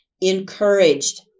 encouraged